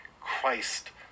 Christ